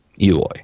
Eloy